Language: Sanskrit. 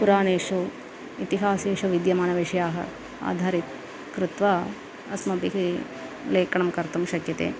पुराणेषु इतिहासेषु विद्यमानविषयाः आधारी कृत्वा अस्माभिः लेखनं कर्तुं शक्यते